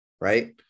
right